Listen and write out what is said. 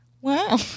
Wow